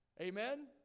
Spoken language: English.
Amen